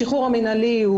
השחרור המינהלי,